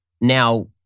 now-